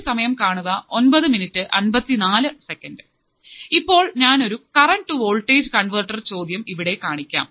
slide സമയം കാണുക 0954 ഇപ്പോൾ ഞാനൊരു കറൻറ് ടു വോൾട്ടേജ് കൺവെർട്ടർ ചോദ്യം ഇവിടെ കാണിക്കാം